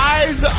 Eyes